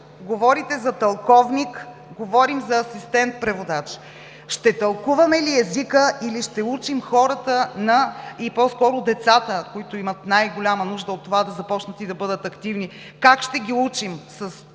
говорите за тълковник, говорим за асистент-преводач. Ще тълкуваме ли езика или ще учим хората, по-скоро децата, които имат най-голяма нужда от това да започнат и да бъдат активни? Как ще ги учим?